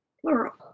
Plural